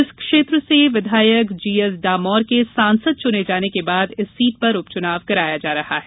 इस क्षेत्र से विधायक जीएस डामोर के सांसद चुने जाने के बाद इस सीट पर उपचुनाव कराया जा रहा हैं